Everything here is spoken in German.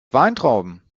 weintrauben